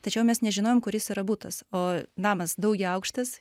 tačiau mes nežinojom kuris yra butas o namas daugiaaukštis